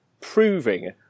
proving